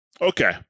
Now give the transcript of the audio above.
Okay